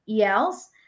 ELs